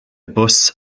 bws